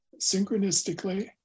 synchronistically